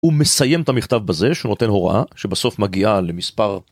הוא מסיים את המכתב בזה שנותן הוראה שבסוף מגיעה למספר.